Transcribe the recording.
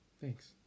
Thanks